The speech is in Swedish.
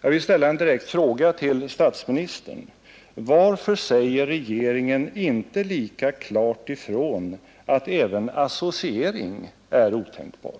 Jag vill ställa en direkt fråga till statsministern: Varför säger regeringen inte lika klart ifrån att även associering är otänkbar?